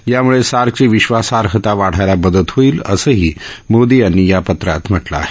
यामुळे सार्कची विश्वासार्हता वाढायला मदत होईल असंही मोदी यांनी पत्रात म्हटलं आहे